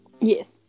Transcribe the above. Yes